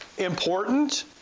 important